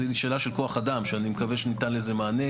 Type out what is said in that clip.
זה שאלה של כוח אדם שאני מקווה שניתן לזה מענה,